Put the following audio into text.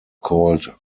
called